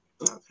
Okay